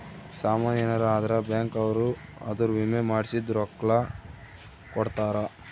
ಸಾಮನ್ ಯೆನರ ಅದ್ರ ಬ್ಯಾಂಕ್ ಅವ್ರು ಅದುರ್ ವಿಮೆ ಮಾಡ್ಸಿದ್ ರೊಕ್ಲ ಕೋಡ್ತಾರ